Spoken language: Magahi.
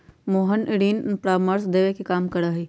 मोहन ऋण परामर्श देवे के काम करा हई